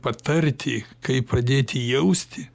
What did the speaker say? patarti kaip pradėti jausti